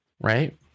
right